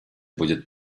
будет